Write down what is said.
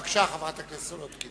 בבקשה, חברת הכנסת סולודקין.